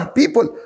people